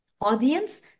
Audience